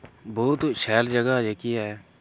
बहुत शैल जगह् जेह्की ऐ